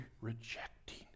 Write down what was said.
rejecting